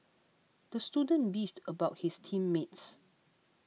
the student beefed about his team mates